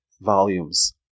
volumes